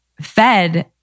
fed